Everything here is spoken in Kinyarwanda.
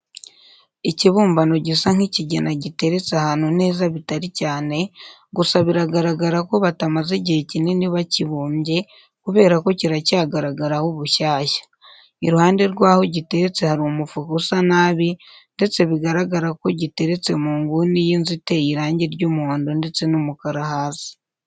Ikibumbano gisa nk'ikigina giteretse ahantu neza bitari cyane, gusa biragaragara ko batamaze igihe kinini bakibumbye kubera ko kiracyagaragaraho ubushyashya. Iruhande rwaho giteretse hari umufuka usa nabi, ndetse bigaragara ko giteretse mu nguni y'inzu iteye irangi ry'umuhondo ndetse n'umukara hasi.